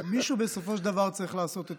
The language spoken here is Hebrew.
מישהו בסופו של דבר צריך לעשות את